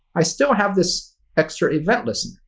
i still have this extra event listener.